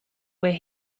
where